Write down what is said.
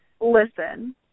Listen